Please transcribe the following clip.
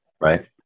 Right